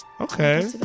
Okay